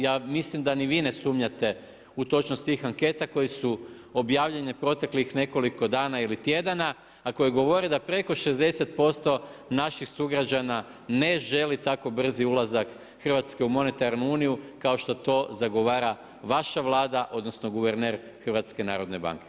Ja mislim da ni vi ne smuljate u točnost tih anketa koje su objavljene proteklih nekoliko dana ili tjedana, a koje govore da preko 60% naših sugrađana ne želi tako brzi ulazak Hrvatske u monetarnu uniju, kao što to zagovara vaša Vlada, odnosno, guverner HNB-a.